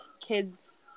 kids